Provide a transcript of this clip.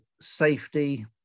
safety